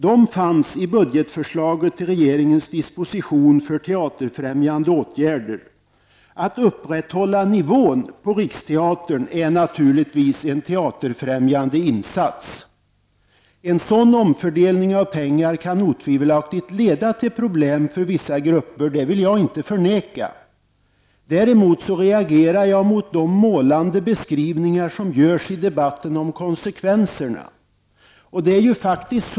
De fanns i budgetförslaget till regeringens disposition för teaterfrämjande åtgärder. Att upprätthålla nivån på Riksteatern är naturligtvis en teaterfrämjande insats. En sådan omfördelning av pengar kan otvivelaktigt leda till problem för vissa grupper, det vill jag inte förneka. Däremot reagerar jag mot de målade beskrivningar som görs i debatten om konsekvenserna.